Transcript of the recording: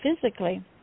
physically